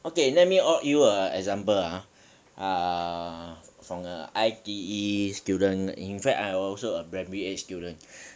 okay let me ask you a example ah err from a I_T_E student in fact I'm also a primary eight student